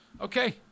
Okay